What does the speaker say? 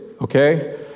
okay